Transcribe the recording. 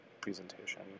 presentation